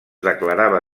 declarava